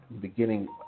beginning